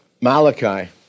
Malachi